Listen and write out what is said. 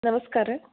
ನಮಸ್ಕಾರ